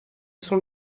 son